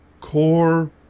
core